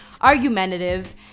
argumentative